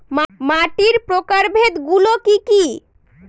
মাটির প্রকারভেদ গুলো কি কী?